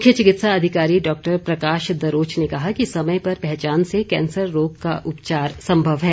मुख्य चिकित्सा अधिकारी डॉक्टर प्रकाश दरोच ने कहा कि समय पर पहचान से कैंसर रोग का उपचार संभव है